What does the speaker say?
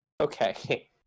Okay